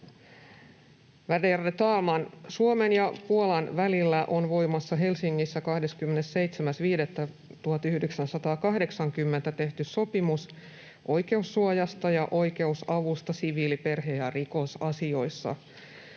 värderade talman! Suomen ja Puolan välillä on voimassa Helsingissä 27.5.1980 tehty sopimus oikeussuojasta ja oikeusavusta siviili-, perhe- ja rikosasioissa.